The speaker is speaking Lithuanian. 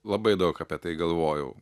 labai daug apie tai galvojau